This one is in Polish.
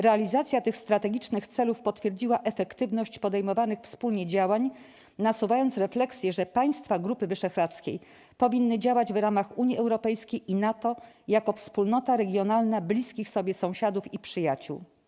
Realizacja tych strategicznych celów potwierdziła efektywność podejmowanych wspólnie działań, nasuwając refleksję, że państwa Grupy Wyszehradzkiej powinny działać w ramach UE i NATO jako wspólnota regionalna bliskich sobie sąsiadów i przyjaciół.